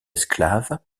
esclave